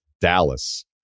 Dallas